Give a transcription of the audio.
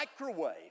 microwave